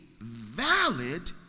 valid